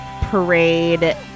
parade